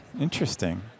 Interesting